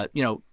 but you know,